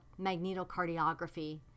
magnetocardiography